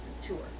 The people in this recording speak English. tour